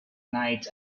night